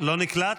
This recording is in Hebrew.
לא נקלט?